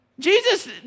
Jesus